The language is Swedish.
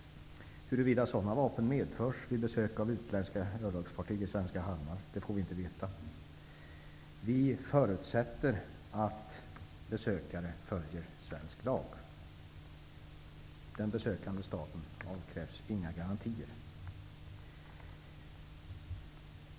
Huruvida sådana vapen medförs vid besök av utländska örlogsfartyg i svenska hamnar får vi inte veta. Vi förutsätter att besökare följer svensk lag. Den besökande staten avkrävs inga garantier.